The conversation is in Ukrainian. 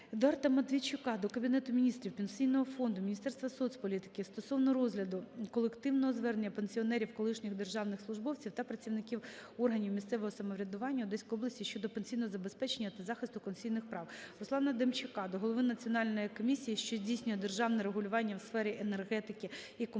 Едуарда Матвійчука до Кабінету Міністрів, Пенсійного фонду, Міністерства соцполітики стосовно розгляду колективного звернення пенсіонерів - колишніх державних службовців та працівників органів місцевого самоврядування Одеської області щодо пенсійного забезпечення та захисту конституційних прав. Руслана Демчака до голови Національної комісії, що здійснює державне регулювання у сферах енергетики та комунальних